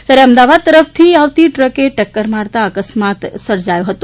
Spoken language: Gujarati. ત્યારે અમદાવાદ તરફથી ટ્રકે ટક્કર મારતા અકસ્માત સર્જાયો હતો